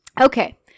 Okay